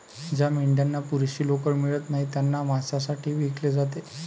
ज्या मेंढ्यांना पुरेशी लोकर मिळत नाही त्यांना मांसासाठी विकले जाते